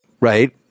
Right